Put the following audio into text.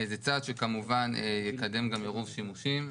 זה צעד שכמובן יקדם גם עירוב שימושים.